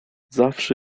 zawsze